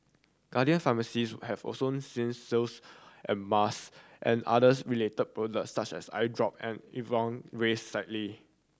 Guardian Pharmacies have also seen sales and mask and others related products such as eye drop and raise slightly